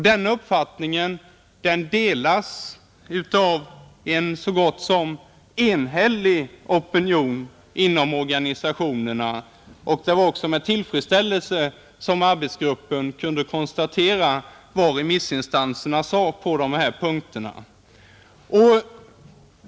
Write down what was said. Denna uppfattning delas av en så gott som enhällig opinion inom organisationerna. Det var med tillfredsställelse arbetsgruppen kunde konstatera vad remissinstanserna sagt på dessa punkter.